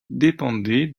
dépendait